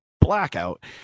blackout